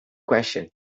question